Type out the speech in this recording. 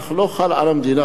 אך לא חל על המדינה.